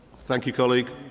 thank you, colleague.